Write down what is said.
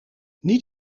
niet